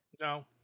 No